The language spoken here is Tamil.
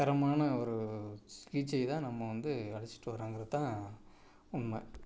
தரமான ஒரு சிகிச்சையை தான் நம்ம வந்து அளிச்சிகிட்டு வர்றோங்கிறது தான் உண்மை